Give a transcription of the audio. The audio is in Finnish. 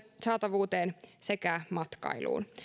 saatavuuteen sekä matkailuun